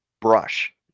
brush